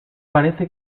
parece